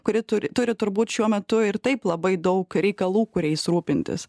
kuri turi turbūt šiuo metu ir taip labai daug reikalų kuriais rūpintis